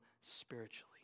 spiritually